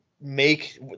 Make